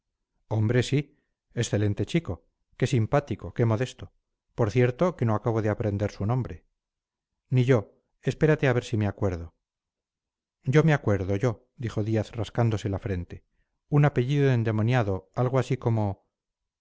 hombre sí excelente chico qué simpático qué modesto por cierto que no acabo de aprender su nombre ni yo espérate a ver si me acuerdo yo me acuerdo yo dijo díaz rascándose la frente un apellido endemoniado así como